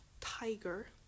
tiger